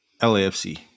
LAFC